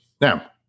Now